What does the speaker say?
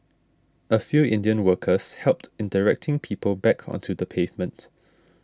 a few Indian workers helped in directing people back onto the pavement